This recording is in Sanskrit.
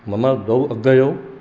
मम द्वौ अग्रजौ